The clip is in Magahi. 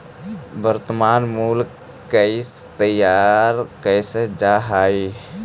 वर्तनमान मूल्य कइसे तैयार कैल जा हइ?